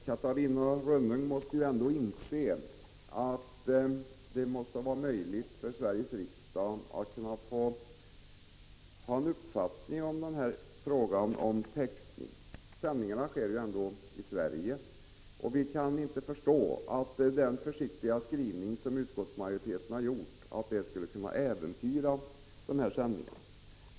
Herr talman! Catarina Rönnung får väl ändå inse att det måste vara möjligt för Sveriges riksdag att ha en uppfattning i frågan om textning. Sändningarna sker ju i Sverige, och vi kan inte förstå att den försiktiga skrivning som utskottsmajoriteten har gjort skulle kunna äventyra sändningarna.